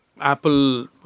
Apple